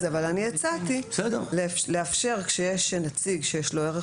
אני הצעתי לאפשר כשיש נציג שיש לו ערך